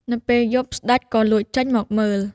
នៅពេលយប់ ស្ដេចក៏លួចចេញមកមើល។